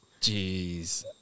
Jeez